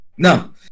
no